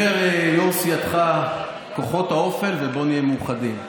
אומר יו"ר סיעתך "כוחות האופל" ו"בואו נהיה מאוחדים".